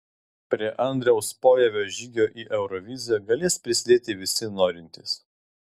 prie andriaus pojavio žygio į euroviziją galės prisidėti visi norintys